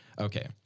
Okay